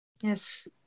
Yes